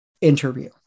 interview